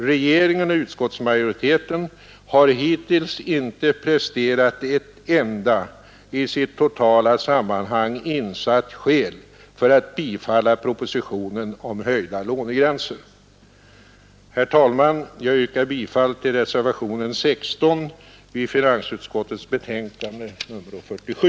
Regeringen och utskottsmajoriteten har hitintills inte presterat ett enda i sitt totala sammanhang insatt skäl för att bifalla propositionen om höjda lånegränser. Herr talman! Jag yrkar bifall till reservationen 16 vid finansutskottets betänkande nr 47.